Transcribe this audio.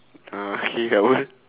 uh okay apa